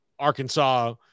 Arkansas